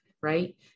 right